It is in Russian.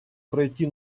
пройти